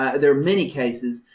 ah there are many cases,